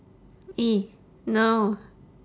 !ee! no